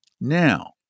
Now